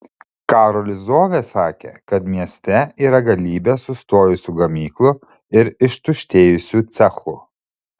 karolis zovė sakė kad mieste yra galybė sustojusių gamyklų ir ištuštėjusių cechų